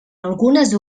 algunes